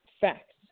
facts